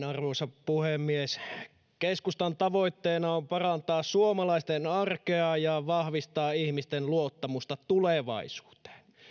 arvoisa puhemies keskustan tavoitteena on parantaa suomalaisten arkea ja vahvistaa ihmisten luottamusta tulevaisuuteen